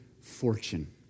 fortune